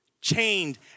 chained